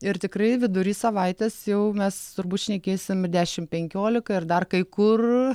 ir tikrai vidury savaitės jau mes turbūt šnekėsim ir dešim penkiolika ir dar kai kur